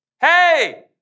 Hey